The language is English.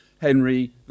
Henry